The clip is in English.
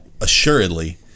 assuredly